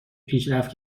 پیشرفت